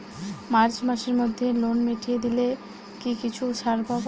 March মাসের মধ্যে loan মিটিয়ে দিলে কি কিছু ছাড় পাব?